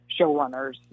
showrunners